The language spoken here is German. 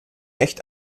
echt